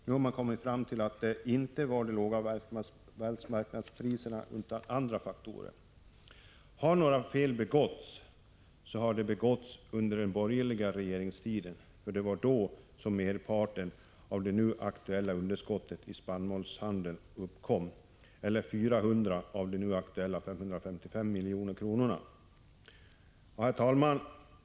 Nu har man kommit fram till att underskottet inte berodde på de låga världsmarknadspriserna utan på andra faktorer. Om några fel har begåtts, har de begåtts under den borgerliga regeringstiden. Det var nämligen då som merparten av det nu aktuella underskottet i spannmålshandeln uppkom, eller 400 miljoner av de nu aktuella 555 miljonerna. Herr talman!